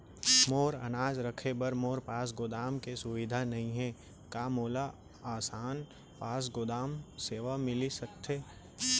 मोर अनाज रखे बर मोर पास गोदाम के सुविधा नई हे का मोला आसान पास गोदाम सेवा मिलिस सकथे?